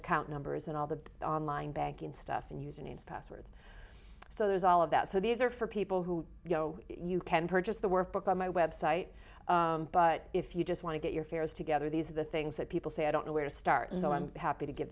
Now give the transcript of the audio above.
account numbers and all the online banking stuff and usernames passwords so there's all of that so these are for people who you know you can purchase the workbook on my website but if you just want to get your fares together these are the things that people say i don't know where to start so i'm happy to give